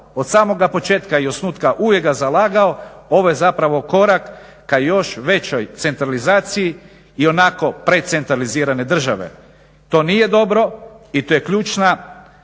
od samoga početka i osnutka uvijek ga zalagao ovaj zapravo korak ka još većoj centralizaciji i onako precentralizirane države. To nije dobro i to je ključna